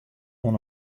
oan